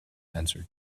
answered